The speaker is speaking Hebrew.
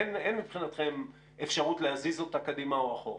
אין מבחינתכם אפשרות להזיז אותה קדימה או אחורה.